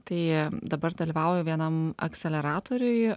tai dabar dalyvauju vienam akseleratoriuj